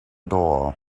door